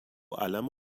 عَلَم